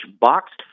boxed